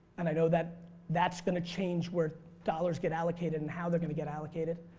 and i know that that's going to change where dollars get allocated and how they're going to get allocated.